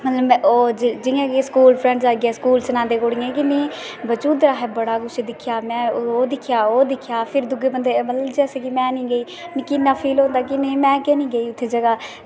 मतलब जियां की ओह् स्कूल फ्रैंड्स आइये स्कूल सनांदे कुड़ियें की नेईं ते सनांदे की बड़ा कि्श दिक्खेआ ओह् दिक्खेआ में मिगी इन्ना फील होंदा की में कीऽ निं गेई उस जगह